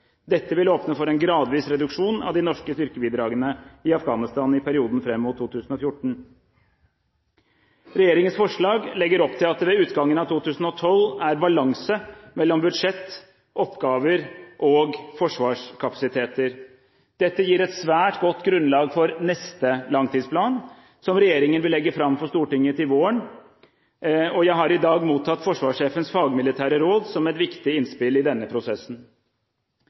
Dette vil åpne for en gradvis reduksjon av de norske styrkebidragene i Afghanistan i perioden fram mot 2014. Regjeringens forslag legger opp til at det ved utgangen av 2012 er balanse mellom budsjett, oppgaver og forsvarskapasiteter. Dette gir et svært godt grunnlag for neste langtidsplan, som regjeringen vil legge fram for Stortinget til våren. Jeg har i dag mottatt forsvarssjefens fagmilitære råd som et viktig innspill i denne prosessen.